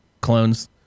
clones